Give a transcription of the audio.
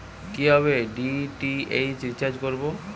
কিভাবে DTH recharge করব?